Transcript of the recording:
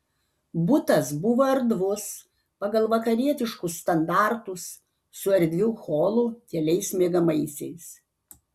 butas buvo erdvus pagal vakarietiškus standartus su erdviu holu keliais miegamaisiais